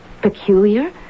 peculiar